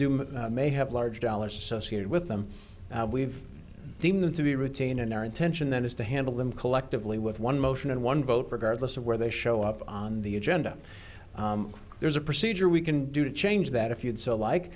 do may have large dollars associated with them we've deem them to be routine and our intention then is to handle them collectively with one motion and one vote regardless of where they show up on the agenda there's a procedure we can do to change that if you'd so like